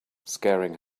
scaring